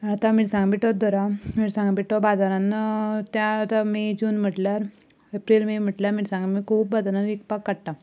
आतां मिरसांगे पिठोच धरा मिरसांगे पिठो बाजारांत ते आतां मे जून म्हणल्यार एप्रील मे म्हणल्यार मिरसांगो बी खूब बाजारांत विकपाक काडटा